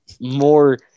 more